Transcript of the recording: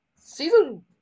Season